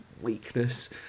weakness